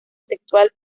sexual